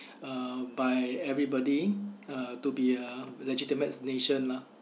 uh by everybody uh to be a legitimate nation lah